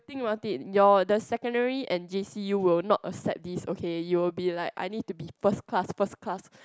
think about it your the secondary and J_C you will not accept this okay you will be like I need to be first class first class